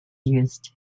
used